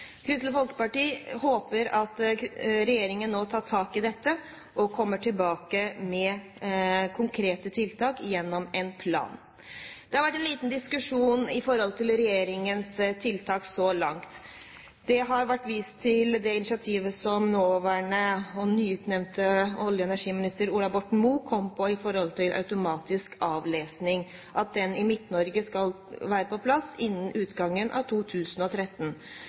Kristelig Folkeparti håper at regjeringen nå tar tak i dette og kommer tilbake med konkrete tiltak gjennom en plan. Det har vært en liten diskusjon om regjeringens tiltak så langt. Det har vært vist til det initiativet som nåværende og nyutnevnte olje- og energiminister Ola Borten Moe kom med om automatisk avlesing, og at det skal være på plass i Midt-Norge innen utgangen av 2013.